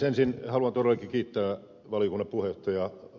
ensin haluan todellakin kiittää valiokunnan puheenjohtajaa ed